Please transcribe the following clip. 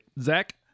Zach